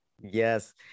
Yes